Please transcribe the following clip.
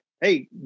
Hey